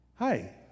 Hi